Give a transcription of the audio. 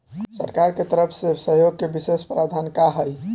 सरकार के तरफ से सहयोग के विशेष प्रावधान का हई?